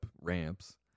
ramps